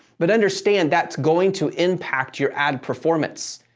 but understand that's going to impact your ad performance.